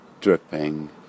dripping